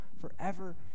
forever